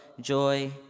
joy